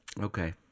Okay